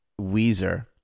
weezer